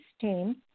team